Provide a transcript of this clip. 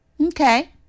Okay